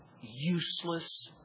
useless